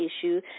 issue